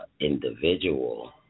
individual